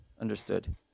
understood